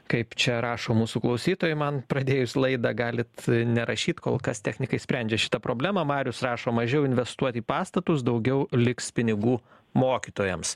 kaip čia rašo mūsų klausytojai man pradėjus laidą galit nerašyt kol kas technikai sprendžia šitą problemą marius rašo mažiau investuot į pastatus daugiau liks pinigų mokytojams